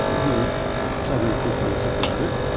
he told me a few things about it.